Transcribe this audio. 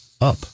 up